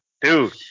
Dude